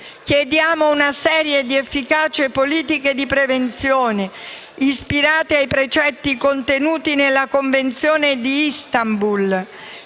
Chiediamo una serie di efficaci politiche di prevenzione, ispirate ai precetti contenuti nella Convenzione di Istanbul